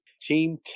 Team